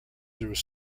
through